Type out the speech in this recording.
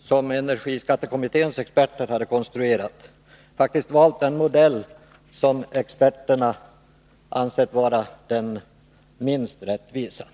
som energiskattekommitténs experter konstruerat har regeringen faktiskt valt den modell som experterna ansett vara den minst rättvisa.